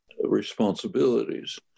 responsibilities